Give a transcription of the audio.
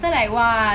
!wah!